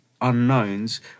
unknowns